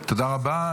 תודה רבה.